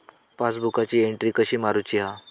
पासबुकाची एन्ट्री कशी मारुची हा?